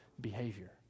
behavior